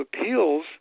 Appeals